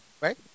right